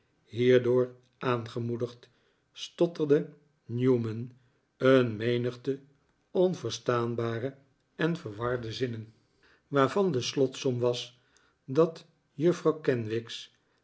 hierdoor aangemoedigd stotterde newman een menigte onverstaanbare en verwarde zinnen waarvan de slotsom was dat juffrouw kenwigs